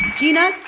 peanut,